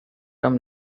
term